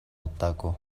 удаагүй